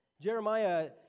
Jeremiah